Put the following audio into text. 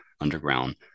underground